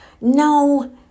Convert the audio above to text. no